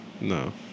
No